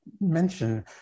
mention